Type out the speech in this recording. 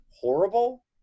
horrible